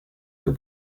que